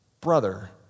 brother